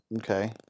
okay